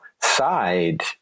side